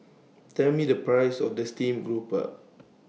Tell Me The Price of The Steamed Grouper